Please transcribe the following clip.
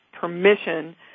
permission